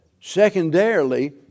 Secondarily